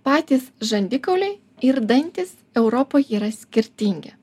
patys žandikauliai ir dantys europoj jie yra skirtingi